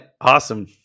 Awesome